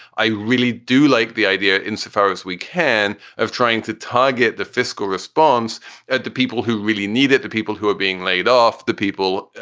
i really do like the idea insofar as we can of trying to target the fiscal response at the people who really need it, the people who are being laid off, the people,